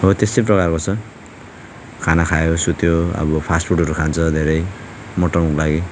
हो त्यस्तै प्रकारको छ खाना खाएर सुत्यो अब फास्टफुडहरू खान्छ धेरै मोटाउनको लागि